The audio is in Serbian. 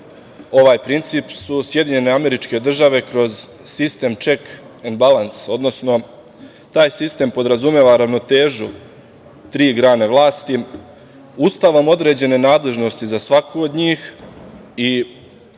ovaj princip je SAD kroz sistem check and balance odnosno taj sistem podrazumeva ravnotežu tri grane vlasti. Ustavom određene nadležnosti za svaku od njih i